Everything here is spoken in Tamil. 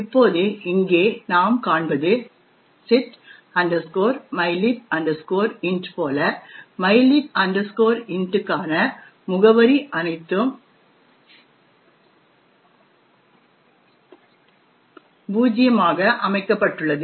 இப்போது இங்கே நாம் காண்பது set mylib int போல mylib int க்கான முகவரி அனைத்தும் 0 ஆக அமைக்கப்பட்டுள்ளது